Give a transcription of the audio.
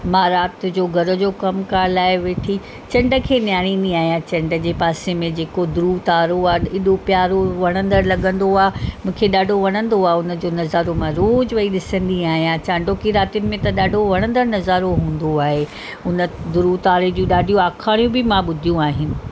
मां राति जो घर जो कमकार लाहे वेठी चंड खे नियारींदी आहियां चंड जे पासे में जेको ध्रूव तारो आहे एॾो प्यारो वणंदड़ु लॻंदो आहे मूंखे ॾाढो वणंदो आहे उनजो नज़ारो मां रोज़ु वयी ॾिसंदी आहियां चांॾोकी रातियुनि में त ॾाढो वणंदड़ु नज़ारो हुंदो आहे उन ध्रूव तारे जूं ॾाढी आखाणियूं बि मां ॿुधियूं आहिनि